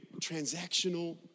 transactional